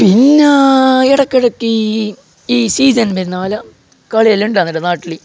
പിന്നെ ഇടയ്ക്കിടയ്ക്ക് ഈ ഇ സീസൺ വരുന്നത് പോലെ കളിയെല്ലാം ഉണ്ടാകുമല്ലോ നാട്ടില്